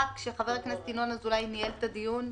כשחבר הכנסת ינון אזולאי ניהל את הדיון?